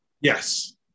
Yes